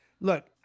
Look